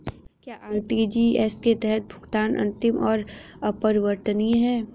क्या आर.टी.जी.एस के तहत भुगतान अंतिम और अपरिवर्तनीय है?